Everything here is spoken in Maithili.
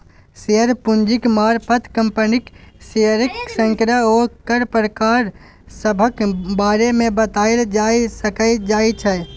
शेयर पूंजीक मारफत कंपनीक शेयरक संख्या आ ओकर प्रकार सभक बारे मे बताएल जाए सकइ जाइ छै